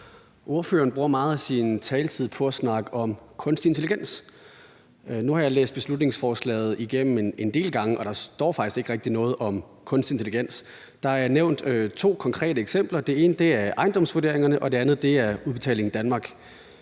Ordføreren bruger meget af sin taletid på at snakke om kunstig intelligens. Nu har jeg læst beslutningsforslaget igennem en del gange, og der står faktisk ikke rigtig noget om kunstig intelligens. Der er nævnt to konkrete eksempler. Det ene er ejendomsvurderingerne, og det andet er Udbetaling Danmark.